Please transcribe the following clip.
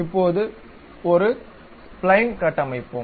இப்போது ஒரு ஸ்பைலைன் கட்டமைப்போம்